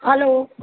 hello